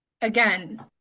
again